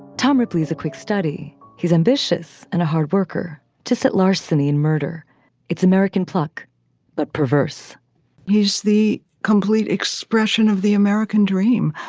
tom replies a quick study. he's ambitious and a hard worker to set larceny and murder it's american pluck but perverse use the complete expression of the american dream.